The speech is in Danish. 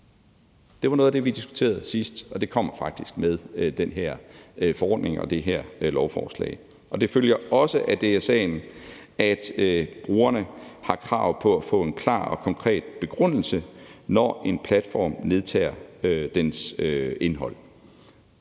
Det var noget det, vi diskuterede sidst, og det kommer faktisk med den her forordning og det her lovforslag. Det følger også af DSA'en, at brugerne har krav på at få en klar og konkret begrundelse, når en platform nedtager deres indhold.